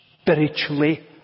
spiritually